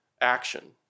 action